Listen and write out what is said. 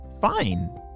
fine